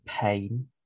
pain